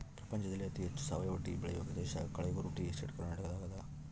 ಪ್ರಪಂಚದಲ್ಲಿ ಅತಿ ಹೆಚ್ಚು ಸಾವಯವ ಟೀ ಬೆಳೆಯುವ ಪ್ರದೇಶ ಕಳೆಗುರು ಟೀ ಎಸ್ಟೇಟ್ ಕರ್ನಾಟಕದಾಗದ